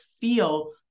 feel